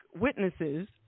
witnesses